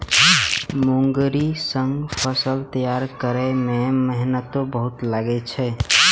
मूंगरी सं फसल तैयार करै मे मेहनतो बहुत लागै छै